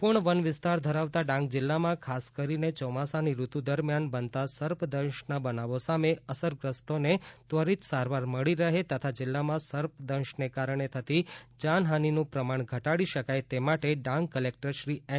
સંપૂર્ણ વન વિસ્તાર ધરાવતા ડાંગ જિલ્લામાં ખાસ કરીને ચોમાસાની ઋતુ દરમિયાન બનતા સર્પદંશના બનાવો સામે અસરગ્રસ્તોને ત્વરિત સારવાર મળી રહે તથા જિલ્લામાં સર્પદંશને કારણે થતી જાનહાનિનું પ્રમાણ ઘટાડી શકાય તે માટે ડાંગ ક્લેક્ટર શ્રી એન